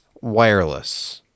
Wireless